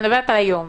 אני מדברת היום.